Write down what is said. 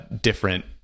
different